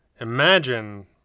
Imagine